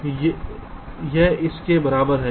तो यह इस के बराबर है